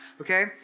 okay